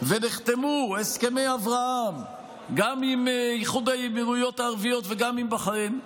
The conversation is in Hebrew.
ונחתמו הסכמי אברהם עם איחוד האמירויות הערביות ועם בחריין,